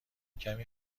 کمی